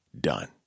Done